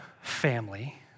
family